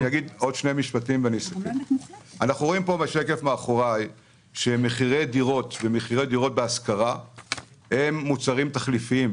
אנחנו רואים בשקף שמחירי דירות ומחירי דירות בהשכרה הם מוצרים תחליפיים,